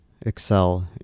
excel